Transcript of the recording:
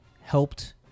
helped